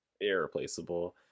irreplaceable